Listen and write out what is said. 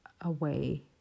away